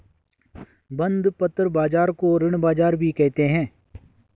बंधपत्र बाज़ार को ऋण बाज़ार भी कहते हैं